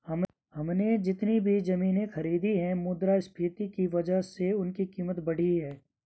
हमने जितनी भी जमीनें खरीदी हैं मुद्रास्फीति की वजह से उनकी कीमत बढ़ी है